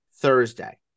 Thursday